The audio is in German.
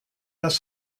das